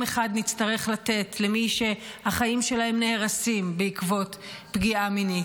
אחד נצטרך לתת למי שהחיים שלהם נהרסים בעקבות פגיעה מינית,